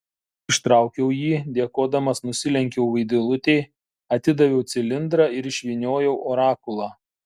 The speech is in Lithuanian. ištraukiau jį dėkodamas nusilenkiau vaidilutei atidaviau cilindrą ir išvyniojau orakulą